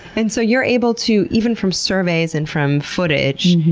and so you're able to, even from surveys and from footage,